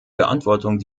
beantwortung